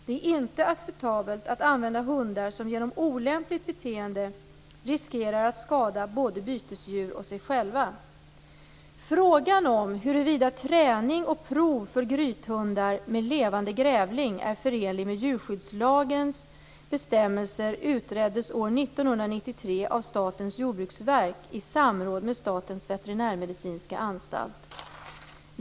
Det är inte acceptabelt att använda hundar som genom olämpligt beteende riskerar att skada både bytesdjur och sig själva. 1993 av Statens jordbruksverk i samråd med Statens veterinärmedicinska anstalt.